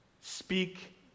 Speak